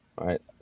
Right